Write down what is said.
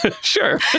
Sure